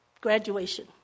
graduation